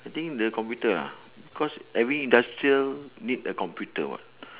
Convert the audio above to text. I think the computer ah cause every industrial need a computer [what]